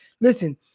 listen